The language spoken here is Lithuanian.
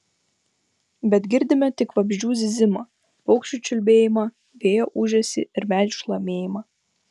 bet girdime tik vabzdžių zyzimą paukščių čiulbėjimą vėjo ūžesį ir medžių šlamėjimą